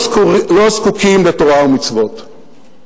לא זקוקים לתורה ומצוות,